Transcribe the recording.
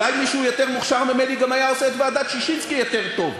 אולי מישהו יותר מוכשר ממני גם היה עושה את ועדת ששינסקי יותר טוב,